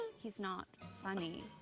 he's not funny.